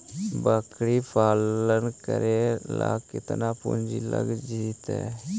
बकरी पालन करे ल केतना पुंजी लग जितै?